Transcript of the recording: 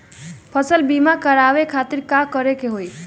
फसल बीमा करवाए खातिर का करे के होई?